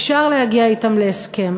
אפשר להגיע אתם להסכם.